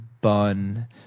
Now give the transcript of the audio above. bun